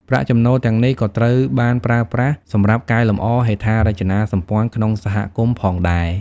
ប្រាក់ចំណូលទាំងនេះក៏ត្រូវបានប្រើប្រាស់សម្រាប់កែលម្អហេដ្ឋារចនាសម្ព័ន្ធក្នុងសហគមន៍ផងដែរ។